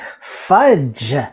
fudge